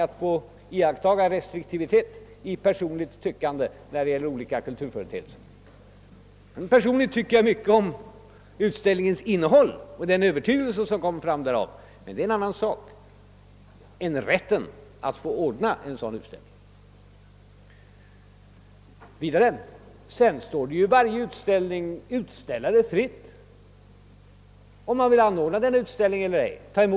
Att iaktta restriktivitet i personligt tyckande när det gäller olika kulturföreteelser är något som ingår i min ämbetsplikt. Personligen har jag en hel del synpunkter på utställningens innehåll och den övertygelse som där kommer till uttryck, men det är en helt annan sak än rätten att få anordna en sådan utställning. Sedan står det ju också varje utställare fritt att ta emot och visa utställningen eller inte.